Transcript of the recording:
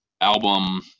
album